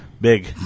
big